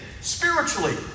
spiritually